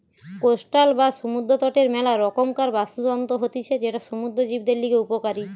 coastal বা সমুদ্র তটের মেলা রকমকার বাস্তুতন্ত্র হতিছে যেটা সমুদ্র জীবদের লিগে উপকারী